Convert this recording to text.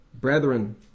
brethren